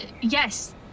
yes